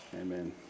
Amen